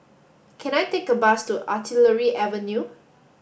can I take a bus to Artillery Avenue